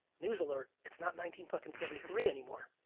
news alert, it's not nineteen fucking seventy three anymore.